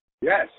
Yes